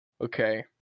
Okay